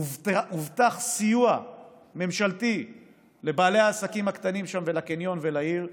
הובטח סיוע ממשלתי לבעלי העסקים הקטנים שם ולקניון ולעיר,